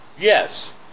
Yes